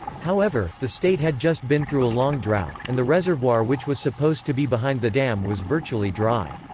however, the state had just been through a long drought, and the reservoir which was supposed to be behind the dam was virtually dry.